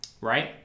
right